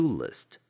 list